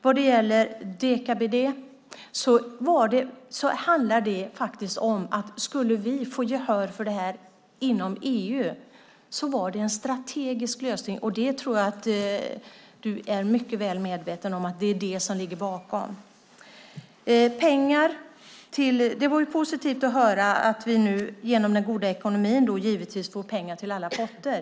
När det gäller deka-BDE handlar det om att det var en strategisk lösning om vi får gehör för detta inom EU. Jag tror att Jens Holm är medveten om att det är det som ligger bakom. Det var positivt att höra att vi genom den nya ekonomin får pengar till alla potter.